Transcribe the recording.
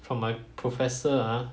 from my professor ah